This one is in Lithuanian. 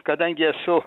kadangi esu